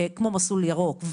כמו מסלול ירוק,